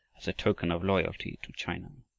as a token of loyalty to china. are